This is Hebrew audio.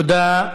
תודה,